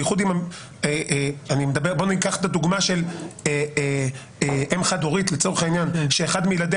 בייחוד אני מדבר לדוגמה על אם חד-הורית שאחד מילדיה